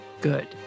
good